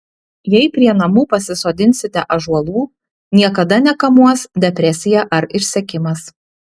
jei prie namų pasisodinsite ąžuolų niekada nekamuos depresija ar išsekimas